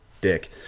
dick